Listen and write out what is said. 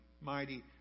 mighty